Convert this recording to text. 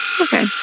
Okay